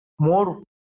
more